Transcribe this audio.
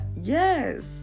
yes